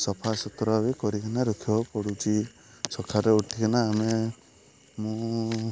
ସଫା ସୁତୁରା ବି କରିକିନା ରଖିବାକୁ ପଡ଼ୁଛି ସଖାଳେ ଉଠିକିନା ଆମେ ମୁଁ